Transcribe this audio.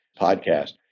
podcast